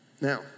Now